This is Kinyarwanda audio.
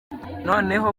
noneho